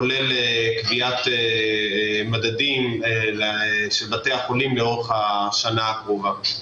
כולל קביעת מדדים לבתי החולים לאורך השנה הקרובה.